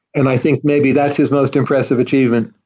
and i think maybe that's his most impressive achievement.